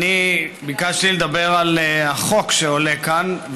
אני ביקשתי לדבר על החוק שעולה כאן,